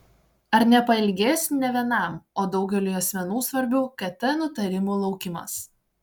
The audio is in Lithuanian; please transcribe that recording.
ar nepailgės ne vienam o daugeliui asmenų svarbių kt nutarimų laukimas